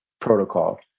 protocol